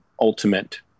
ultimate